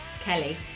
Kelly